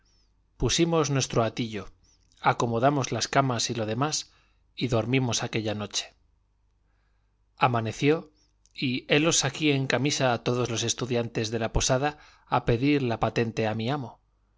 pusimos nuestro hatillo acomodamos las camas y lo demás y dormimos aquella noche amaneció y helos aquí en camisa a todos los estudiantes de la posada a pedir la patente a mi amo